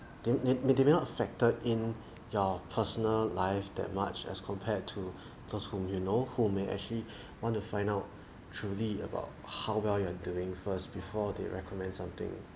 they they do not factor in your personal life that much as compared to those whom you know who may actually want to find out truly about how well you are doing first before they recommend something